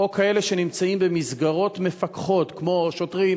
או כאלה שנמצאים במסגרות מפקחות כמו שוטרים,